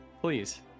please